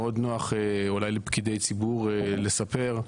שמאוד נוח אולי, לפקידי ציבור לספר,